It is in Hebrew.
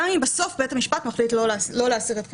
גם אם בסוף בית המשפט מחליט לא להסיר את החיסיון.